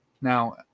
Now